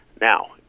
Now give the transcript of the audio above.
Now